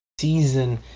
season